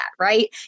right